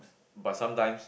but sometimes